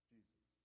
Jesus